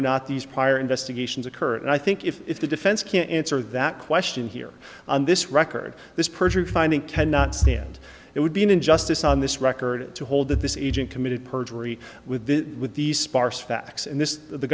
or not these prior investigations occurred and i think if the defense can answer that question here on this record this perjury finding cannot stand it would be an injustice on this record to hold that this egypt committed perjury with the with the sparse facts and this the